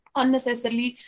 unnecessarily